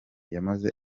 yamaze